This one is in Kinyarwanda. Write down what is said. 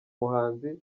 muhanzi